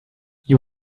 you